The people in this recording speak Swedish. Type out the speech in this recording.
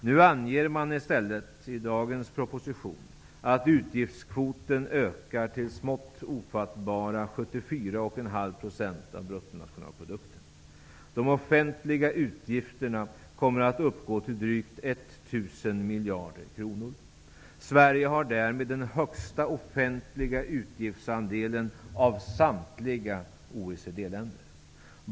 I dagens proposition anger man i stället att utgiftskvoten ökar till smått ofattbara 74,5 % av bruttonationalprodukten. De offentliga utgifterna kommer att uppgå till drygt 1 000 miljarder kronor. Sverige har därmed den högsta offentliga utgiftsandelen av samtliga OECD-länder.